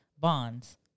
Bonds